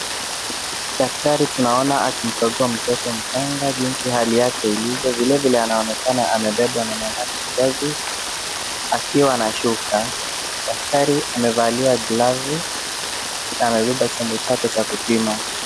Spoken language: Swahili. Daktari tunaona akimkagua mtoto mchanga jinsi hali yake ilivyo vilevile anaonekana amebebwa na mamake mzazi akiwa na shuka, daktari amevalia glavu na amebaeba chombo chake cha kupima.